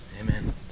Amen